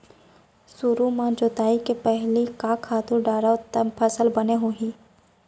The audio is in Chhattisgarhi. सुरु म जोताई के पहिली का खातू डारव त फसल बने होही?